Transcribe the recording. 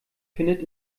findet